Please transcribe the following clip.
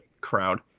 crowd